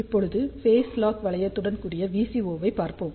இப்போது phase lock வளையத்துடன் கூடிய VCO ஐ பார்ப்போம்